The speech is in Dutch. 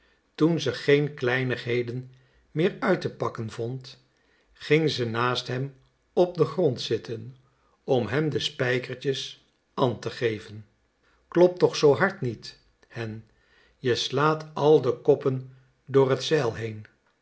toen ze geen kleinigheden meer uit te pakken vond ging ze naast hem op den grond zitten om hem de spijkertjes an te geven klop toch zoo hard niet hen je slaat al de koppen door het zeil heen